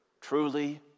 truly